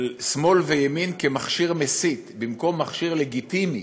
של שמאל וימין כמכשיר מסית במקום מכשיר לגיטימי,